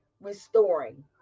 restoring